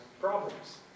problems